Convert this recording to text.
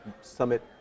summit